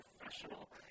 professional